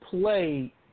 play